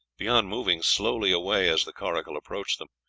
beyond moving slowly away as the coracle approached them,